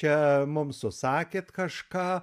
čia mums susakėt kažką